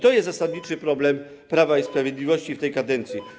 To jest zasadniczy problem Prawa i Sprawiedliwości w tej kadencji.